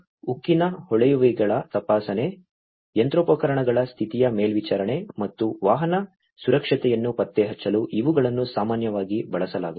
ಉಕ್ಕಿನ ಕೊಳವೆಗಳ ತಪಾಸಣೆ ಯಂತ್ರೋಪಕರಣಗಳ ಸ್ಥಿತಿಯ ಮೇಲ್ವಿಚಾರಣೆ ಮತ್ತು ವಾಹನ ಸುರಕ್ಷತೆಯನ್ನು ಪತ್ತೆಹಚ್ಚಲು ಇವುಗಳನ್ನು ಸಾಮಾನ್ಯವಾಗಿ ಬಳಸಲಾಗುತ್ತದೆ